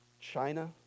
China